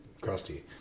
crusty